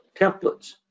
templates